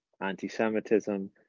anti-Semitism